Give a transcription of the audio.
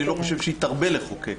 אני לא חושב שהיא תרבה לחוקק.